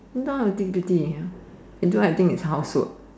now twelve thirty A_M although think it's housework